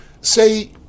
say